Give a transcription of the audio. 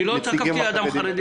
אני לא תקפתי אדם חרדי,